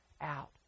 out